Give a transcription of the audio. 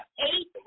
eight